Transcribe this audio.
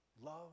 love